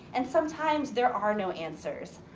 and sometimes there are no answers.